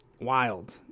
wild